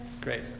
Great